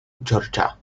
georgia